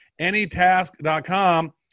anytask.com